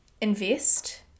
invest